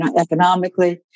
economically